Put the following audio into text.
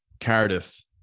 Cardiff